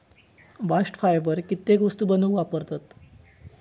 bast fibre कित्येक वस्तू बनवूक वापरतत